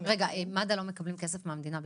מד"א לא מקבלים כסף מהמדינה בכלל?